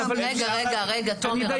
רגע, רגע, תומר.